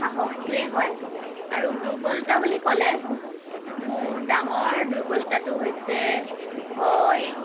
সাহসটোৱে হয় আৰু দুৰ্বলতা বুলি ক'লে মোৰ ডাঙৰ দুৰ্বলতাটো হৈছে ভয়